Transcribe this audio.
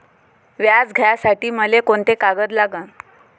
व्याज घ्यासाठी मले कोंते कागद लागन?